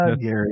Gary